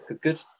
Good